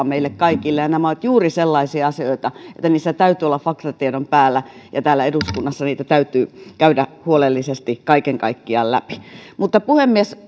meille kaikille ja nämä ovat juuri sellaisia asioita että niissä täytyy olla faktatiedon päällä ja täällä eduskunnassa niitä täytyy käydä huolellisesti kaiken kaikkiaan läpi mutta puhemies